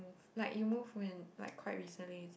like you move when like quite recently is it